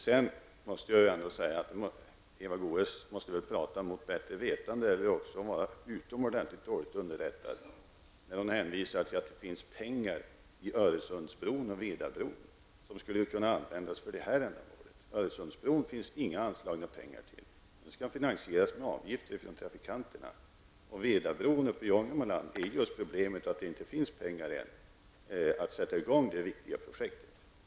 Jag måste säga att Eva Goe s talar mot bättre vetande eller är utomordentligt dåligt underrättat när hon hänvisar till att det finns pengar för Öresundsbron och Vedabron som skulle kunna användas för det här ändamålet. Till Öresundsbron finns det inte några pengar anslagna. Den skall finansieras med avgifter från trafikanterna. Med Vedabron uppe i Ångermanland är problemet att det ännu inte finns några pengar för att sätta i gång det viktiga projektet.